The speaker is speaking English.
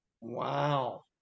Wow